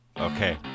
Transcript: Okay